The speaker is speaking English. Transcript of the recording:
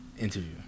interview